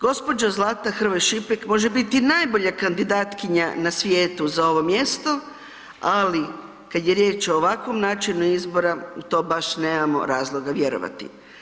Gđa. Zlata Hrvoj Šipek može biti najbolja kandidatkinja na svijetu za ovo mjesto, ali kad je riječ o ovakvom načinu izbora, mi to baš nemamo razloga vjerovati.